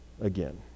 again